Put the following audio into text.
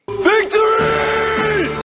Victory